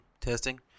testing